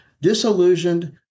disillusioned